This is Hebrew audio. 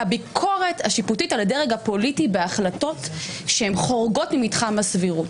והביקורת השיפוטית על הדרג הפוליטי בהחלטות שהן חורגות ממתחם הסבירות.